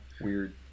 Weird